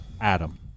Adam